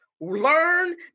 learn